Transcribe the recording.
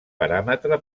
paràmetre